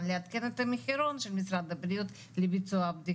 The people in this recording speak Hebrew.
לעדכן את המחירון של משרד הבריאות לביצוע הבדיקה.